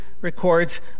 records